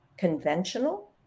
conventional